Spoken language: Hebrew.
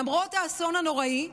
למרות האסון הנוראי,